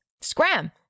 Scram